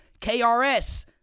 KRS